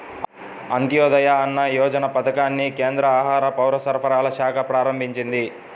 అంత్యోదయ అన్న యోజన పథకాన్ని కేంద్ర ఆహార, పౌరసరఫరాల శాఖ ప్రారంభించింది